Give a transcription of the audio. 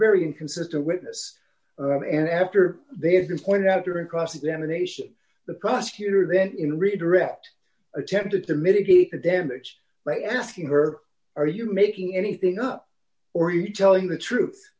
very inconsistent witness and after they have been pointed out during cross examination the prosecutor event in redirect attempted to mitigate the damage but asking her are you making anything up or are you telling the truth